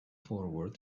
forward